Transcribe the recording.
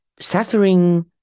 suffering